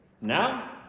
Now